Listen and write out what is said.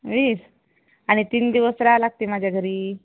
वीस आणि तीन दिवस राहा लागते माझ्या घरी